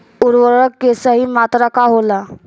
उर्वरक के सही मात्रा का होला?